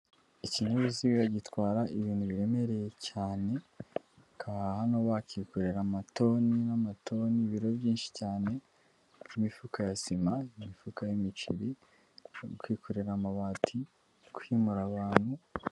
Ikinyabiziga gitwara ibintu biremereye cyane hakaba hano bakikoreje amotoni n'amatoni, ibiro byinshi cyane, imifuka ya sima, imifuka y'imiceri, kwikorera amabati, kwimura abantu.